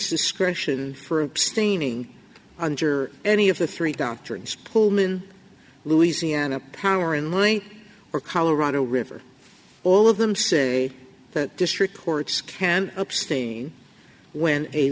discretion for abstaining under any of the three doctrines pullman louisiana power and light or colorado river all of them say that district courts can abstain when a